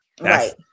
right